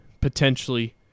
potentially